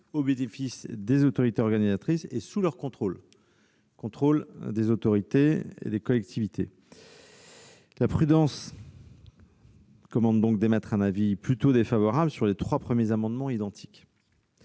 au bénéfice des autorités organisatrices, sous leur contrôle et sous celui des collectivités. La prudence commande donc d'émettre un avis défavorable sur ces trois premiers amendements identiques.